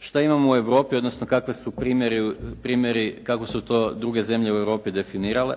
Šta imamo u Europi, odnosno kakvi su primjeri, kako su to druge zemlje u Europi definirale?